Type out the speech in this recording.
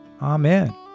Amen